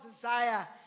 desire